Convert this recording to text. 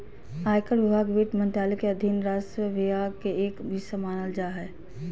आयकर विभाग वित्त मंत्रालय के अधीन राजस्व विभाग के एक हिस्सा मानल जा हय